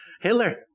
Hitler